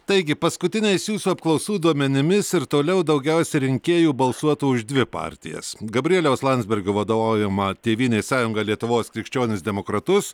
taigi paskutiniais jūsų apklausų duomenimis ir toliau daugiausia rinkėjų balsuotų už dvi partijas gabrieliaus landsbergio vadovaujamą tėvynės sąjungą lietuvos krikščionis demokratus